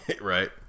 right